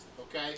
Okay